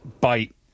bite